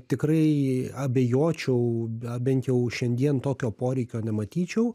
tikrai abejočiau bent jau šiandien tokio poreikio nematyčiau